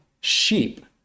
sheep